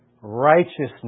righteousness